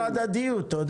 --- הדדיות.